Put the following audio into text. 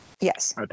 Yes